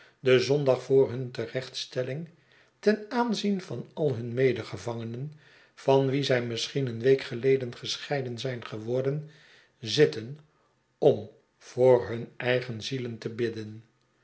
verwezen denzondag voor hun terechtstelling ten aanzien van al hun medegevangenen van wie zij misschien een week geleden gescheiden zijn ge worden zitten om voor hun eigen zielen te bidden